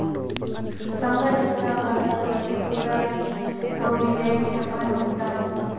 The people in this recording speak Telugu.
సంగటిత కార్మికులకి కూడా ఈ ప్రోవిడెంట్ ఫండ్ ఉండాది